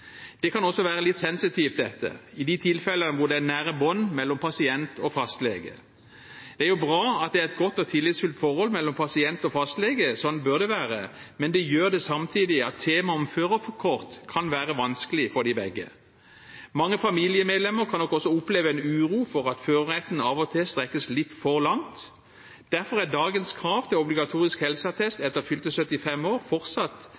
Det kan også være litt sensitivt i de tilfellene hvor det er nære bånd mellom pasient og fastlege. Det er bra at det er et godt og tillitsfullt forhold mellom pasient og fastlege, sånn bør det være, men det gjør samtidig at temaet om førerkort kan være vanskelig for dem begge. Mange familiemedlemmer kan nok også oppleve en uro for at førerretten av og til strekkes litt for langt. Derfor er dagens krav til obligatorisk helseattest etter fylte 75 år fortsatt